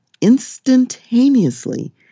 instantaneously